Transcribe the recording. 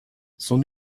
son